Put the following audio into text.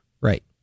Right